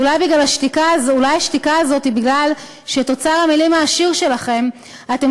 ואולי השתיקה הזאת היא משום שאת אוצר המילים העשיר שלכם אתם